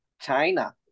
China